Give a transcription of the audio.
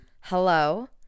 hello